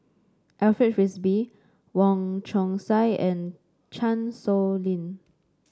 Alfred Frisby Wong Chong Sai and Chan Sow Lin